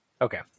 Okay